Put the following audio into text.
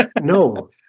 No